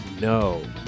No